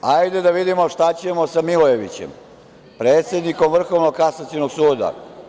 Hajde da vidimo šta ćemo sa Milojevićem, predsednikom Vrhovnog kasacionog suda.